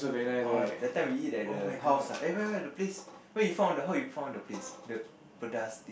ah that time we eat at the house ah where where the place where you found how you found the place the Pedas